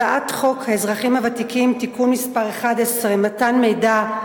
הצעת חוק האזרחים הוותיקים (תיקון מס' 11) (מתן מידע),